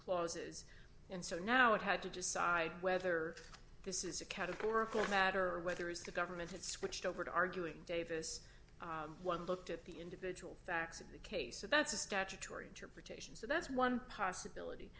clauses and so now it had to decide whether this is a categorical matter or whether it's the government had switched over to arguing davis one looked at the individual facts of the case so that's a statutory interpretation so that's one possibility